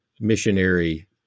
missionary